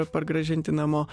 pargrąžinti namo